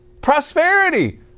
prosperity